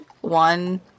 one